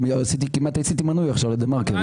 כמעט עשיתי מנוי עכשיו לדה-מרקר.